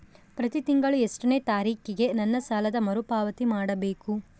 ಪ್ರತಿ ತಿಂಗಳು ಎಷ್ಟನೇ ತಾರೇಕಿಗೆ ನನ್ನ ಸಾಲದ ಮರುಪಾವತಿ ಮಾಡಬೇಕು?